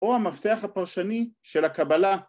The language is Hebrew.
‫או המפתח הפרשני של הקבלה.